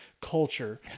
culture